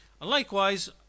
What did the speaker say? Likewise